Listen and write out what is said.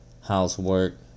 housework